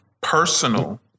Personal